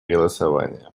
голосование